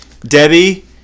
Debbie